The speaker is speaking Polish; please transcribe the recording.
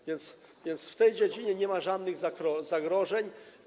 A więc w tej dziedzinie nie ma żadnych zagrożeń.